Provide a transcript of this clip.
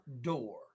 door